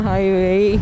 Highway